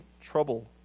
trouble